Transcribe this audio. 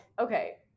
Okay